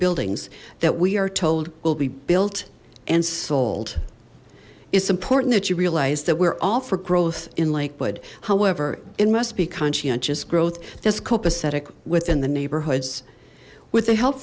buildings that we are told will be built and sold it's important that you realize that we're all for growth in lakewood however it must be conscientious growth this copacetic within the neighborhoods with the he